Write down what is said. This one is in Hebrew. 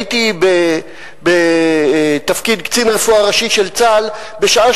הייתי בתפקיד קצין רפואה ראשי של צה"ל בשעה